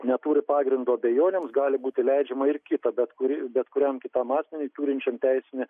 neturi pagrindo abejonėms gali būti leidžiama ir kita bet kuri bet kuriam kitam asmeniui turinčiam teisinį